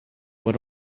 what